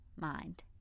mind